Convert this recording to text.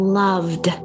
loved